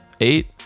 Eight